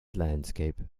landscape